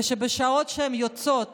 ושבשעות שהן יוצאות